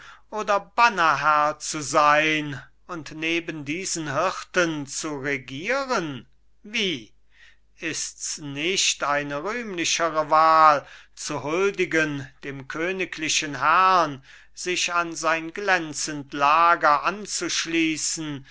oder bannerherr zu sein und neben diesen hirten zu regieren wie ist's nicht eine rühmlichere wahl zu huldigen dem königlichen herrn sich an sein glänzend lager anzuschliessen